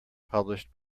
published